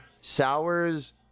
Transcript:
sours